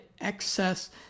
excess